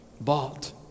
bought